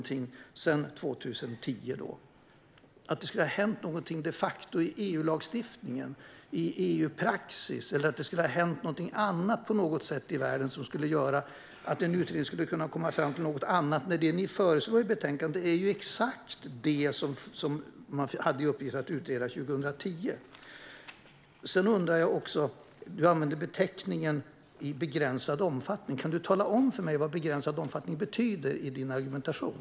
Jag kan inte se att det de facto skulle ha hänt någonting i EU-lagstiftningen eller i EU-praxis eller att det på något sätt skulle ha hänt någonting annat i världen som gör att en utredning skulle kunna komma fram till något annat. Det ni föreslår i betänkandet är ju exakt det som man hade i uppgift att utreda 2010. Du använde beteckningen "i begränsad omfattning". Kan du tala om för mig vad "begränsad omfattning" betyder i din argumentation?